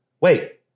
wait